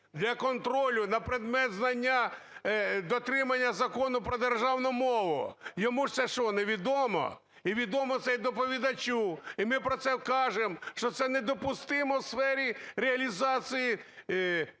для контролю на предмет знання дотримання Закону про державну мову. Йому це що, невідомо? І відомо це і доповідачу. І ми про це кажемо, що це недопустимо у сфері реалізації природних